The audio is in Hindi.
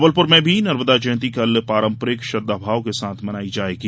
जबलपुर में भी नर्मदा जयंती कल पारंपरिक श्रद्धाभाव के साथ मनाई जायेगी